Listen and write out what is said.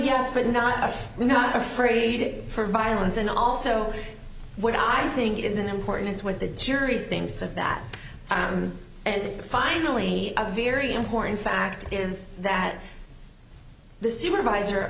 yes but enough not afraid for violence and also what i think is an important it's what the jury thinks of that and finally a very important fact is that the supervisor